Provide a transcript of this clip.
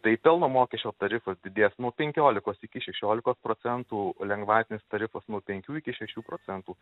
tai pelno mokesčio tarifas didės nuo penkiolikos iki šešiolikos procentų lengvatinis tarifas nuo penkių iki šešių procentų